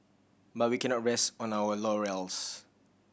but we cannot rest on our laurels